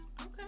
Okay